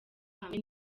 hamwe